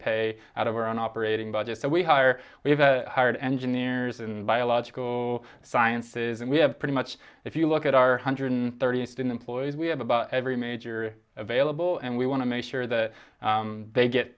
pay out of our own operating budget that we hire we've hired engineers and biological sciences and we have pretty much if you look at our hundred thirty eastern employees we have about every major available and we want to make sure that they get